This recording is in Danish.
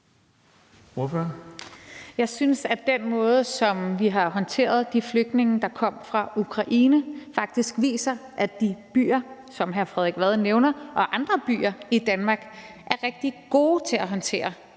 Jeg synes, at den måde, som vi har håndteret de flygtninge, der kom fra Ukraine på, faktisk viser, at de byer, som hr. Frederik Vad nævner, og andre byer i Danmark er rigtig gode til at håndtere